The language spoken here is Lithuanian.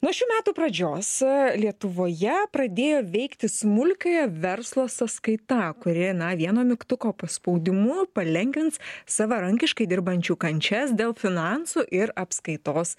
nuo šių metų pradžios lietuvoje pradėjo veikti smulkiojo verslo sąskaita kuri na vieno mygtuko paspaudimu palengvins savarankiškai dirbančių kančias dėl finansų ir apskaitos